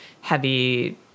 heavy